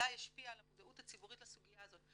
שבוודאי השפיע על המודעות הציבורית לסוגיה הזאת.